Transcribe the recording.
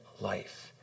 life